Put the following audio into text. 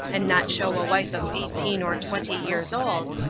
and not show a wife of eighteen or twenty years old,